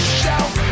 shelf